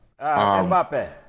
Mbappe